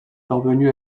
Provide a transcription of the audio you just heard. parvenu